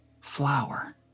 flower